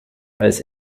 als